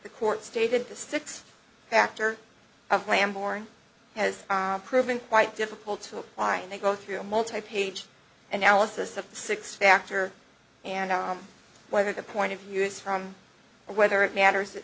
the court stated the six factor of lamb born has proven quite difficult to apply and they go through a multi page analysis of the six factor and whether the point of view is from whether it matters